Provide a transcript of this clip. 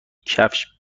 کفش